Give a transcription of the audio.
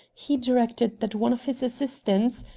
he directed that one of his assistants,